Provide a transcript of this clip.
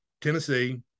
Tennessee